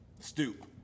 Stoop